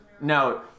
No